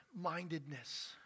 mindedness